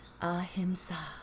Ahimsa